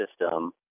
system